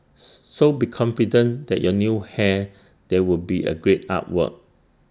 so be confident that your new hair there would be A great artwork